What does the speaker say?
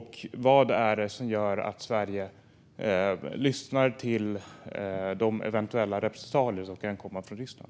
Vad är det som gör att Sverige lyssnar till de eventuella repressalier som kan komma från Ryssland?